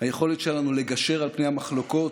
היכולת שלנו לגשר על פני המחלוקות,